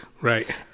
Right